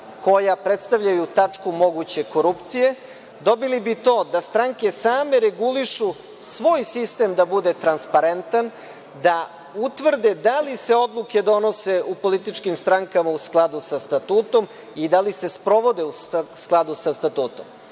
koja predstavljaju tačku moguće korupcije. Dobili bi to da stranke same regulišu svoj sistem da bude transparentan, da utvrde da li se odluke donose u političkim strankama u skladu sa statutom i da li se sprovode u skladu sa statutom. Naravno,